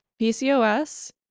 PCOS